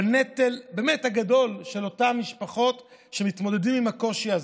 בנטל שהוא באמת גדול של אותן משפחות שמתמודדות עם הקושי הזה.